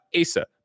Asa